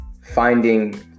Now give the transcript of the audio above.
finding